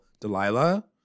Delilah